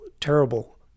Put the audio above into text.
terrible